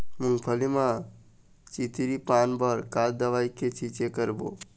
मूंगफली म चितरी पान बर का दवई के छींचे करबो?